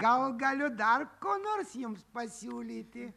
gal galiu dar ko nors jums pasiūlyti